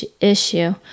issue